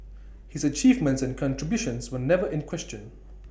his achievements and contributions were never in question